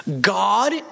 God